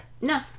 No